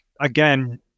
again